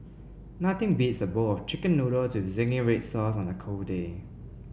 nothing beats a bowl of chicken noodles with zingy red sauce on a cold day